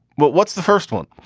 but what's the first one?